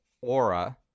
aura